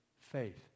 faith